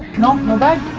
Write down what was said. nope no bag,